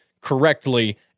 correctly